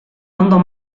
ondo